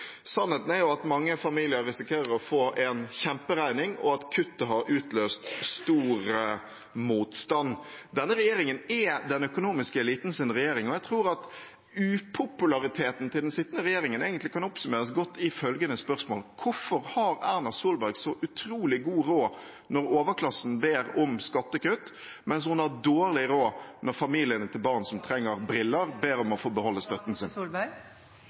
Sannheten er at mange familier risikerer å få en kjemperegning, og at kuttet har utløst stor motstand. Denne regjeringen er den økonomiske elitens regjering, og jeg tror at upopulariteten til den sittende regjeringen egentlig kan oppsummeres godt i følgende spørsmål: Hvorfor har Erna Solberg så utrolig god råd når overklassen ber om skattekutt, mens hun har dårlig råd når familiene til barn som trenger briller, ber om å få beholde støtten?